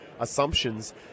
assumptions